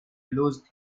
loose